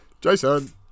Jason